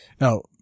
Now